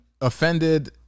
offended